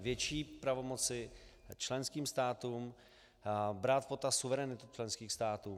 Větší pravomoci členským státům, brát v potaz suverenitu členských států.